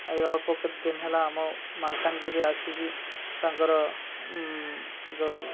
ଏଇ ଅଳ୍ପ କେତେ ଦିନ ହେଲା ଆମ ମାଲକାନଗିରିରେ ଆସିକି ତାଙ୍କର ଯେଉଁ